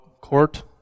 court